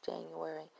January